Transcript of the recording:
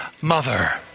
mother